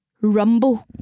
rumble